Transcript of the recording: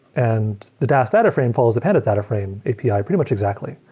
and the dask data frame follows the pandas data frame api pretty much exactly.